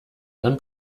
dann